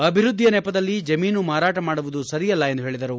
ಅಭಿವೃದ್ದಿಯ ನೆಪದಲ್ಲಿ ಜಮೀನು ಮಾರಾಟ ಮಾಡುವುದು ಸರಿಯಲ್ಲ ಎಂದು ಹೇಳಿದರು